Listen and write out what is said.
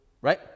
right